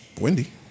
Wendy